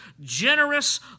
generous